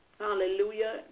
Hallelujah